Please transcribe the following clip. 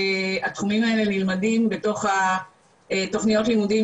התחומים האלה נלמדים בתוך התוכניות לימודים